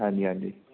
ਹਾਂਜੀ ਹਾਂਜੀ